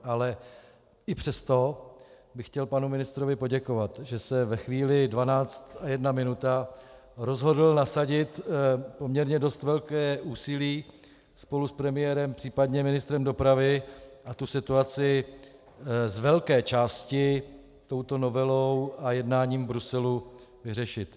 Ale i přesto bych chtěl panu ministrovi poděkovat, že se ve chvíli dvanáct a jedna minuta rozhodl nasadit poměrně dost velké úsilí spolu s premiérem, případně ministrem dopravy, a tu situaci z velké části touto novelou a jednáním v Bruselu vyřešit.